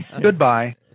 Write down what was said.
goodbye